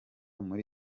muri